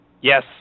Yes